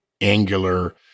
angular